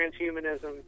transhumanism